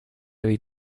avec